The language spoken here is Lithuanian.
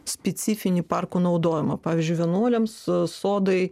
specifinį parkų naudojimą pavyzdžiui vienuoliams sodai